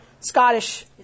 Scottish